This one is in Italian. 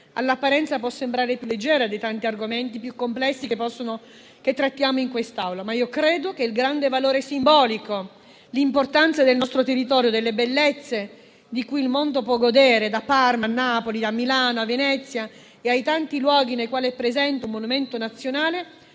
all'apparenza può sembrare più leggera dei tanti argomenti più complessi che trattiamo in quest'Aula, ma credo che il grande valore simbolico e l'importanza per il nostro territorio delle bellezze di cui il mondo può godere, da Parma a Napoli, da Milano a Venezia e tanti altri luoghi nei quali è presente un monumento nazionale,